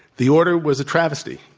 the order was a travesty.